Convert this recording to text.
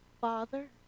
Father